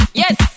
yes